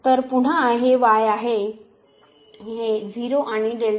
तर हे 0 आणि होईल